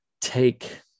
take